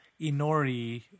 Inori